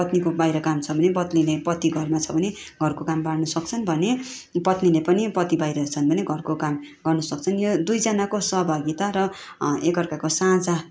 पत्निको बाहिर काम छ भने पत्नीले पति घरमा छ भने घरको काम बाँढ्न सक्छन् भने पत्नीले पनि पति बाहिर छन् भने घरको काम गर्नु सक्छन् दुईजनाको सहभागिता र एकअर्काको साझा